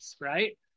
right